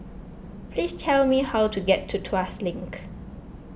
please tell me how to get to Tuas Link